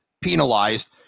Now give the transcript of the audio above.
penalized